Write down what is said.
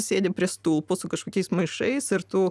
sėdi prie stulpo su kažkokiais maišais ir tu